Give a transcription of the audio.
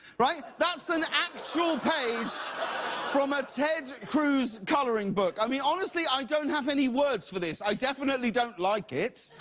right? that's an actual page from a ted cruz coloring book. i mean honestly, i don't have any words for this. i definitely don't like it.